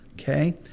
Okay